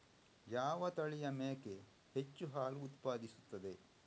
ಯಾವ ತಳಿಯ ಮೇಕೆ ಹೆಚ್ಚು ಹಾಲು ಉತ್ಪಾದಿಸುತ್ತದೆ?